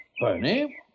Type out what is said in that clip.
Bernie